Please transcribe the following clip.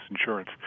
insurance